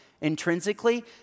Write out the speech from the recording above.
intrinsically